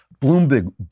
Bloomberg